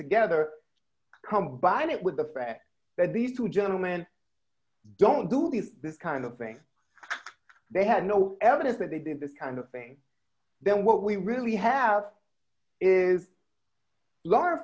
together combine it with the fact that these two gentlemen don't do this kind of thing they had no evidence that they did this kind of thing then what we really have is la